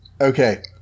Okay